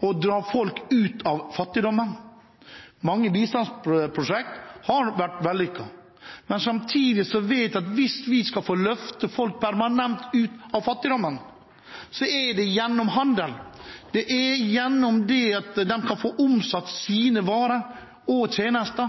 å dra folk ut av fattigdom. Mange bistandsprosjekter har nok vært vellykket, men samtidig vet vi at hvis vi skal få løftet folk permanent ut av fattigdom, skjer det gjennom handel – gjennom at de kan få omsatt sine varer og tjenester